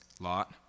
Lot